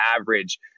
average